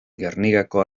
gernikako